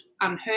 unheard